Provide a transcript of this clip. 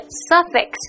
suffix